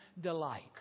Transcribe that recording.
delight